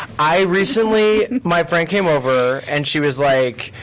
i recently, my friend came over, and she was like,